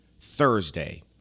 Thursday